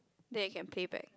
then you can playback